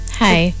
hi